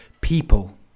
people